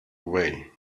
away